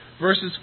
Verses